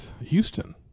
Houston